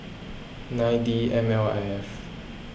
nine D M L I F